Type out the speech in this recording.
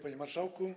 Panie Marszałku!